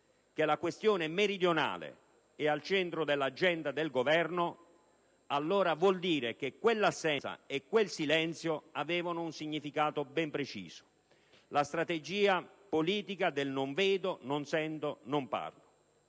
che la questione meridionale è al centro dell'agenda del Governo, allora vuol dire che quell'assenza e quel silenzio avevano un significato ben preciso: la strategia politica del non vedo, non sento, non parlo.